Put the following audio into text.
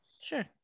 Sure